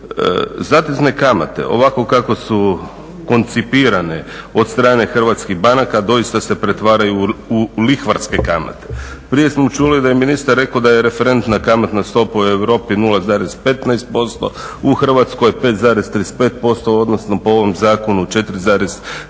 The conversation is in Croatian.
Zatezne kamate ovako kako su koncipirane od strane hrvatskih banaka doista se pretvaraju u lihvarske kamate. prije smo čuli da je ministar rekao da je referentna kamatna stopa u Europi 0,15%, u Hrvatskoj 5,35% odnosno po ovom zakonu 4,35%,